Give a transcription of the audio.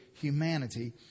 humanity